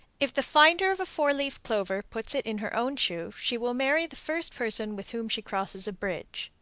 if the finder of a four-leaved clover put it in her own shoe, she will marry the first person with whom she crosses a bridge.